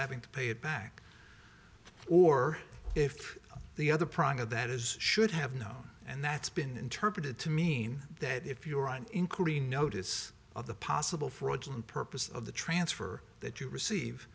having to pay it back or if the other product that is should have known and that's been interpreted to mean that if you are an inquiry notice of the possible fraudulent purpose of the transfer that you receive